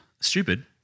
Stupid